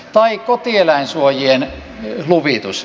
tai kotieläinsuojien luvitus